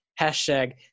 Hashtag